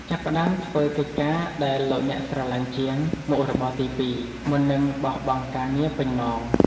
ចាប់ផ្តើមធ្វើកិច្ចការដែលលោកអ្នកស្រលាញ់ជា "មុខរបរទីពីរ" មុននឹងបោះបង់ការងារពេញម៉ោង។